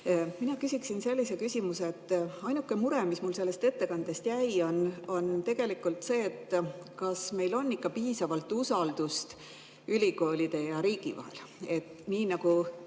Mina küsiksin sellise küsimuse. Ainuke mure, mis mul sellest ettekandest jäi, on tegelikult see, kas meil on ikka piisavalt usaldust ülikoolide ja riigi vahel. Nii nagu